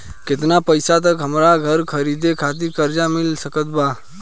केतना पईसा तक हमरा घर खरीदे खातिर कर्जा मिल सकत बा?